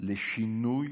לשינוי